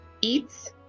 Eats